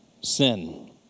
sin